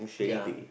ya